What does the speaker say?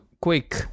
quick